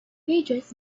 pages